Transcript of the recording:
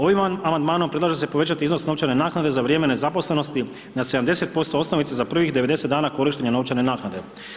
Ovim amandmanom predlaže se povećati iznos novčane naknade za vrijeme nezaposlenosti na 70% osnovice za prvih 90 dana korištenja novčane naknade.